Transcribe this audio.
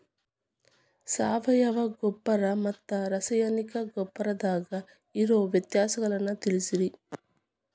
ಸಾವಯವ ಗೊಬ್ಬರ ಮತ್ತ ರಾಸಾಯನಿಕ ಗೊಬ್ಬರದಾಗ ಇರೋ ವ್ಯತ್ಯಾಸಗಳನ್ನ ತಿಳಸ್ರಿ